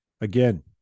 Again